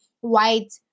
white